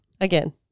Again